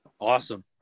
Awesome